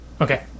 Okay